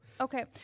Okay